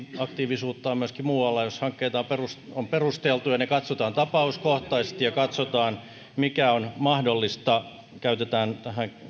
aktiivisuutta on myöskin muualla jos hankkeita on perusteltu ne katsotaan tapauskohtaisesti ja katsotaan mikä on mahdollista käytetään